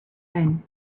own